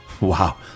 Wow